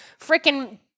freaking